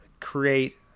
create